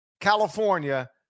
California